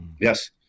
yes